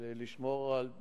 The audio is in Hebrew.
לשמור על רגיעה.